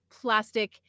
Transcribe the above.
plastic